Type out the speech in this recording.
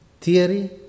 Theory